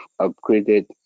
upgraded